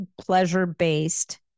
pleasure-based